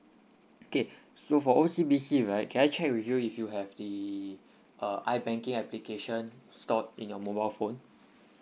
okay so for O_C_B_C right can I check with you if you have the uh i banking application stored in your mobile phone